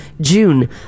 June